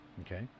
Okay